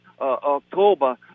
October